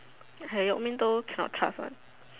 cannot trust one